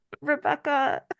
Rebecca